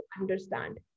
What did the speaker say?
understand